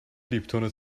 لیپتون